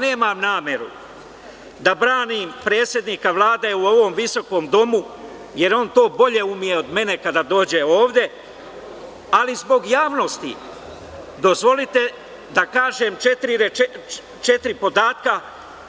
Nemam nameru da branim predsednika Vlade u ovom visokom domu jer on to bolje ume od mene kada dođe ovde, ali zbog javnosti, dozvolite da kažem četiri podatka